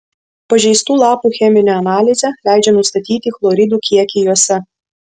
pažeistų lapų cheminė analizė leidžia nustatyti chloridų kiekį juose